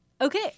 okay